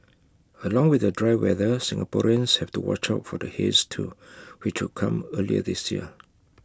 along with the dry weather Singaporeans have to watch out for the haze too which could come earlier this year